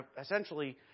essentially